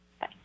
Bye